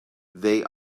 they